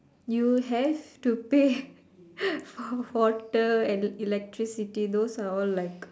you have to pay for water and electricity those are all like